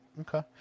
Okay